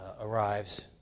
arrives